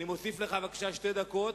אני מוסיף לך שתי דקות.